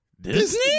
Disney